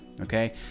okay